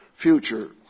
future